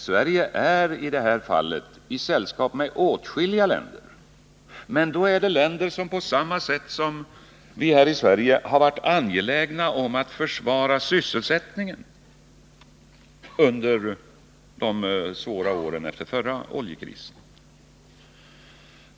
Sverige är i detta fall i sällskap med åtskilliga länder, som på samma sätt som Sverige har varit angelägna om att försvara sysselsättningen under de svåra åren efter förra oljekrisen.